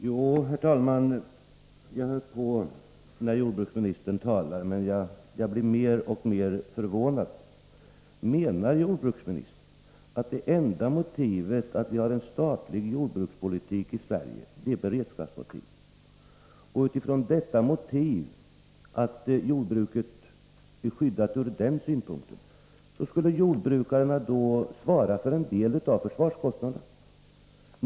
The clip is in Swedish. Herr talman! Jo, jag lyssnade när jordbruksministern talade. Jag blir mer och mer förvånad. Menar jordbruksministern att det enda motivet att driva en statlig jordbrukspolitik i Sverige är beredskapsmotivet? Utifrån den synpunkten skall då jordbruket skyddas. Då skulle jordbrukarna få svara för en del av försvarskostnaderna.